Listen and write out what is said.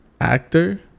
actor